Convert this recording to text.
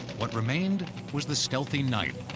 what remained was the stealthy knife.